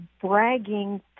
bragging